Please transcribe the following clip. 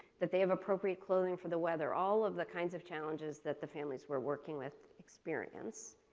that they have appropriate clothing for the weather, all of the kinds of challenges that the families were working with experience.